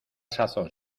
sazón